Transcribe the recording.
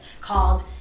called